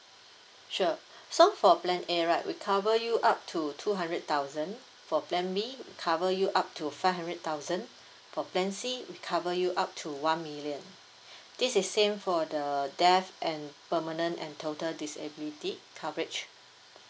sure so for plan A right we cover you up to two hundred thousand for plan B cover you up to five hundred thousand for plan C we cover you up to one million this is same for the death and permanent and total disability coverage